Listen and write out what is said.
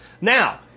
Now